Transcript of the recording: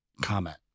comment